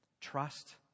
Trust